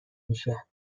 میشه